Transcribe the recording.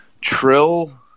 Trill